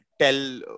tell